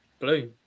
blue